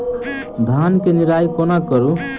धान केँ निराई कोना करु?